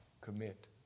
commit